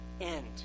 end